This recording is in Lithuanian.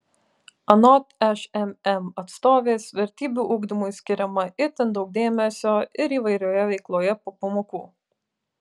anot šmm atstovės vertybių ugdymui skiriama itin daug dėmesio ir įvairioje veikloje po pamokų